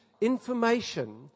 information